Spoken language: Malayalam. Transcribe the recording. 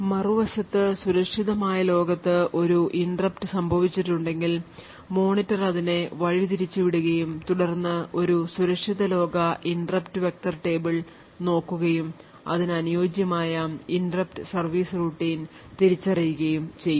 മറുവശത്ത് സുരക്ഷിതമായ ലോകത്ത് ഒരു interrupt സംഭവിച്ചിട്ടുണ്ടെങ്കിൽ മോണിറ്റർ അതിനെ വഴി തിരിച്ചു വിടുകയും തുടർന്ന് ഒരു സുരക്ഷിത ലോക interrupt vector table നോക്കുകയും അതിനു അനുയോജ്യമായ interrupt service routine തിരിച്ചറിയുകയും ചെയ്യും